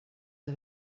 que